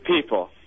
people